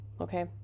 okay